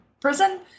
Prison